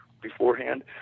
beforehand